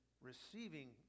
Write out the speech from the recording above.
receiving